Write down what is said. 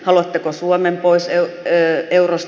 haluatteko suomen pois eurosta